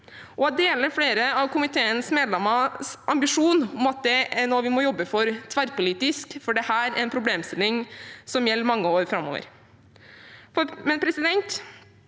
ambisjonen til flere av komiteens medlemmer om at det er noe vi må jobbe for tverrpolitisk, for dette er en problemstilling som gjelder mange år framover, men det